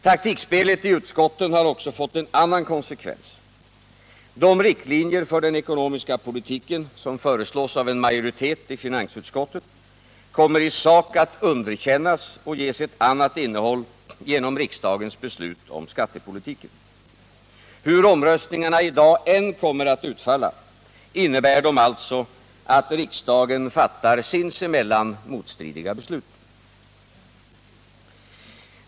Taktikspelet i utskotten har också fått en annan konsekvens. De riktlinjer för den ekonomiska politiken som föreslås av en majoritet i finansutskottet kommer i sak att underkännas och ges ett annat innehåll genom riksdagens beslut om skattepolitiken. Hur omröstningarna i dag än kommer att utfalla innebär de alltså att riksdagen fattar sinsemellan motstridiga beslut.